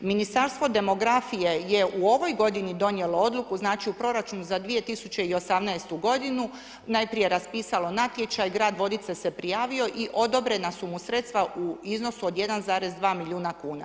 Ministarstvo demografije je u ovoj godini donijelo odluku, znači u proračunu za 2018. godinu najprije raspisalo natječaj, grad Vodice se prijavio i odobrena su mu sredstva u iznosu od 1,2 milijuna kuna.